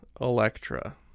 Electra